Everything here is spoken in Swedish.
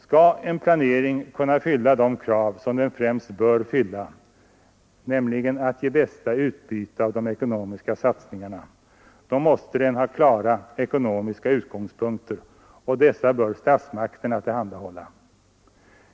Skall en planering kunna fylla de krav som den främst bör fylla, nämligen att ge bästa utbyte av de ekonomiska satsningarna, måste den ha klara ekonomiska utgångspunkter, och dessa bör statsmakterna tillhandahålla.